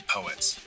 Poets